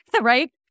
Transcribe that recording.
right